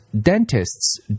dentists